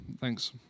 thanks